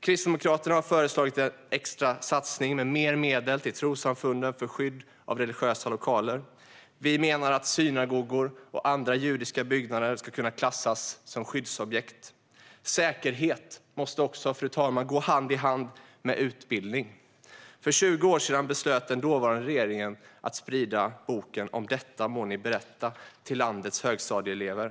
Kristdemokraterna har föreslagit en extra satsning med mer medel till trossamfunden för skydd av religiösa lokaler, Vi menar att synagogor och andra judiska byggnader ska kunna klassas som skyddsobjekt. Fru talman! Säkerhet måste gå hand i hand med utbildning. För 20 år sedan beslöt den dåvarande regeringen att sprida boken Om detta må ni berätta till landets högstadieelever.